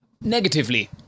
Negatively